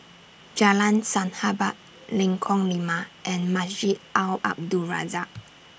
Jalan Sahabat Lengkong Lima and Masjid Al Abdul Razak